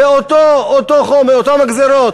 זה אותו חומר, אותן הגזירות.